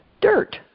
dirt